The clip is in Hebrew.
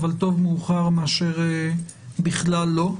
אבל טוב מאוחר מאשר בכלל לא.